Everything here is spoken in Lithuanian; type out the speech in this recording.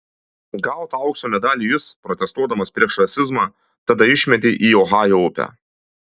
gautą aukso medalį jis protestuodamas prieš rasizmą tada išmetė į ohajo upę